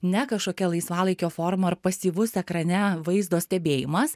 ne kažkokia laisvalaikio forma ar pasyvus ekrane vaizdo stebėjimas